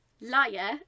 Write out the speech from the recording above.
liar